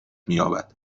مییابد